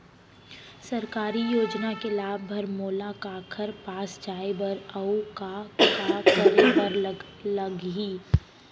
सरकारी योजना के लाभ बर मोला काखर पास जाए बर अऊ का का करे बर लागही?